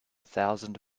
thousand